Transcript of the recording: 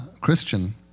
Christian